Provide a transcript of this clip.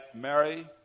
Mary